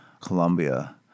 Colombia